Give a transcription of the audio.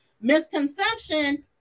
misconception